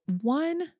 one